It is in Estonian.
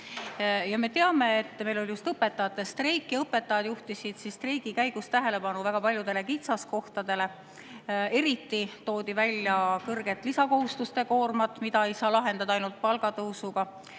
Me teame, et meil oli just õpetajate streik ja õpetajad juhtisid streigi käigus tähelepanu väga paljudele kitsaskohtadele. Eriti toodi välja kõrget lisakohustuste koormat, mida ei saa lahendada ainult palgatõusuga.